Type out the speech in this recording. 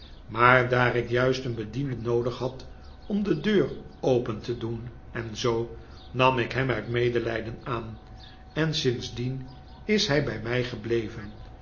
maar daar ik juist een bediende noodig had om de deur open te doen en zoo nam ik hem uit medelijden aan en sindsdien is hij bij mij gebleven